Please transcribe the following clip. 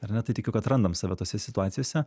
ar ne tai tikiu kad randam save tose situacijose